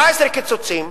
17 קיצוצים,